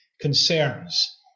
concerns